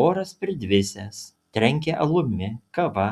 oras pridvisęs trenkė alumi kava